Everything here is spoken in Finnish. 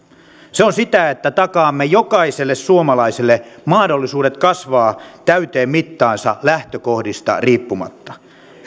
se on sitä että takaamme jokaiselle suomalaiselle mahdollisuudet kasvaa täyteen mittaansa lähtökohdista riippumatta